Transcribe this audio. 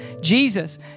Jesus